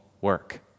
work